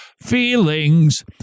feelings